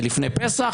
לפני פסח,